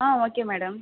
ah okay madam